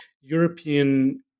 European